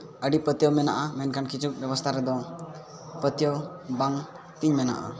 ᱟᱹᱰᱤ ᱯᱟᱹᱛᱭᱟᱹᱣ ᱢᱮᱱᱟᱜᱼᱟ ᱢᱮᱱᱠᱷᱟᱱ ᱠᱤᱪᱷᱩ ᱵᱮᱵᱚᱥᱛᱷᱟ ᱨᱮᱫᱚ ᱯᱟᱹᱛᱭᱟᱹᱣ ᱵᱟᱝᱛᱤᱧ ᱢᱮᱱᱟᱜᱼᱟ